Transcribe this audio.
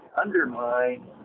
undermine